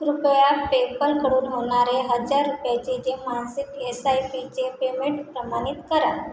कृपया पेपलकडून होणारे हजार रुपयाचे जे मासिक एस आय पीचे पेमेंट प्रमाणित करा